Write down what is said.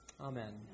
Amen